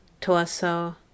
torso